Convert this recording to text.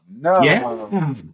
no